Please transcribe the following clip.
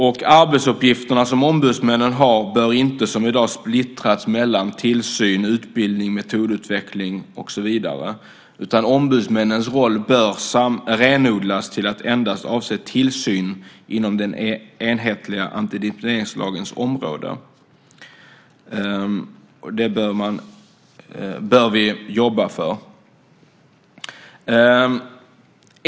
De arbetsuppgifter som ombudsmännen har bör inte som i dag splittras mellan tillsyn, utbildning, metodutveckling och så vidare, utan ombudsmännens roll bör renodlas till att avse endast tillsyn inom den enhetliga antidiskrimineringslagens område. Det bör vi jobba för.